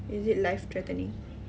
is it life threatening